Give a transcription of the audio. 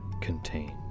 contained